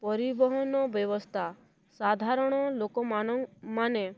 ପରିବହନ ବ୍ୟବସ୍ଥା ସାଧାରଣ ଲୋକମାନ ମାନେ